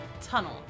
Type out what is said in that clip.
Tunnel